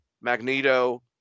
Magneto